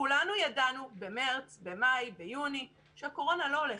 כולנו ידענו במרץ, במאי, ביוני שהקורונה לא הולכת.